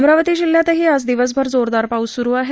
अमरावती जिल्ह्यातही आज दिवसभर जोरदार पाऊस स्रू आहे